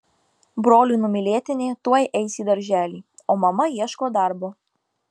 brolių numylėtinė tuoj eis į darželį o mama ieško darbo